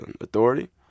authority